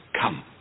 come